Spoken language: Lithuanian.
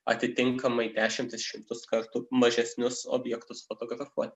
atitinkamai dešimtis šimtus kartų mažesnius objektus fotografuoti